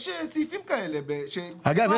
יש סעיפים כאלה ש --- אגב,